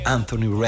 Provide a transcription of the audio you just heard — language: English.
Anthony